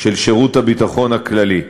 של שירות הביטחון הכללי.